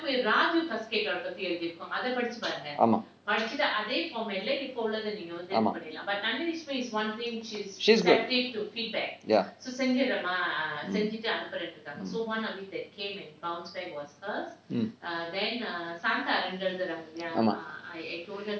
ஆமாம் ஆமாம்:aamaam aamaam she's good ya mm mm mm ஆமாம்:aamaam